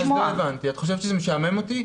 את חושבת שזה משעמם אותי?